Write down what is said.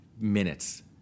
minutes